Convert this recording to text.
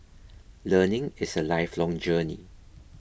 learning is a lifelong journey